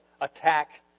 attack